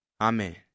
Amen